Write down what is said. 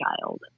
child